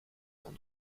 sans